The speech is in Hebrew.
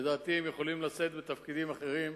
לדעתי הם יכולים לשאת בתפקידים אחרים.